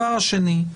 הסוגיה השנייה.